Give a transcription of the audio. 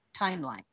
timeline